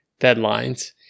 deadlines